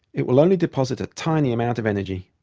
it will only deposit a tiny amount of energy.